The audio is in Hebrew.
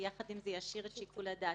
ויחד עם זה ישאירו את שיקול הדעת.